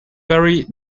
barry